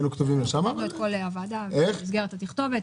--- ואת כל הוועדה במסגרת התכתובת.